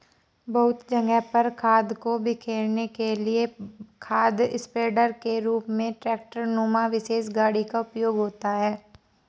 बहुत जगह पर खाद को बिखेरने के लिए खाद स्प्रेडर के रूप में ट्रेक्टर नुमा विशेष गाड़ी का उपयोग होता है